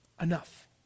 enough